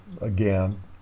again